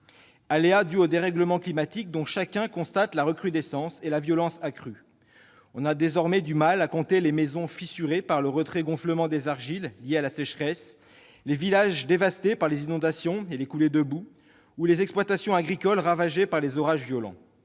des aléas climatiques, dont chacun constate la recrudescence et la violence accrue. On a désormais du mal à compter les maisons fissurées par le retrait-gonflement des argiles lié à la sécheresse, les villages dévastés par les inondations et les coulées de boue ou les exploitations agricoles ravagées par les orages violents.